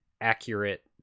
accurate